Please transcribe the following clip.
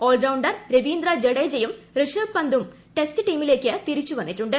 all-rounder Ravindra ജഡേജയും ഋഷഭ് പന്തും test ടീമിലേക്ക് തിരിച്ചുവന്നിട്ടുണ്ട്